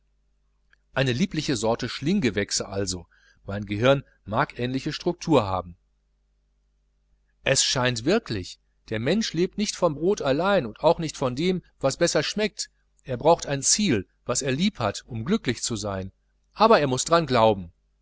eine liebliche sorte schlinggewächs also mein gehirn mag eine ähnliche struktur haben es scheint wirklich der mensch lebt nicht von brot allein und auch nicht von dem was besser schmeckt er braucht ein ziel was er lieb hat um glücklich zu sein aber er muß dran glauben